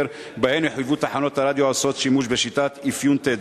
שבהן יחויבו תחנות הרדיו העושות שימוש בשיטת אפיון תדר.